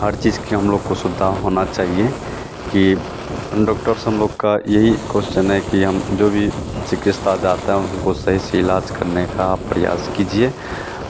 हर चीज़ की हम लोग को सुविधा होनी चाहिए कि हम डॉक्टर से हम लोग का यही क्वेश्चन है कि हम जो भी चिकित्सा जाते हैं उनको सही से इलाज करने का प्रयास कीजिए